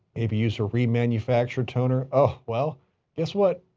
maybe used to remanufactured toner. oh well guess what?